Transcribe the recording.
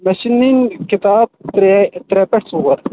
مےٚ چھِ نِنۍ کِتاب ترٛےٚ ترٛےٚ پیٚٹھ ژور